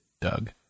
Doug